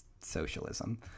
socialism